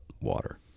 water